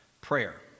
Prayer